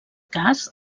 cas